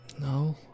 No